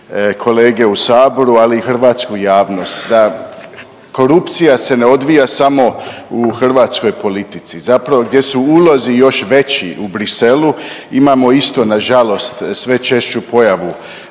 kolege u saboru, ali i hrvatsku javnost da korupcija se ne odvija samo u hrvatskoj politici, zapravo gdje su ulozi još veći, u Briselu imamo isto nažalost sve češću pojavu